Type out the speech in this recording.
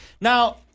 now